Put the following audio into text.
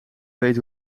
weet